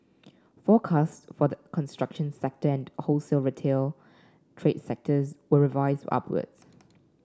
forecasts for the construction sector and wholesale trade sectors were revised upwards